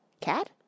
Cat